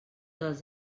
els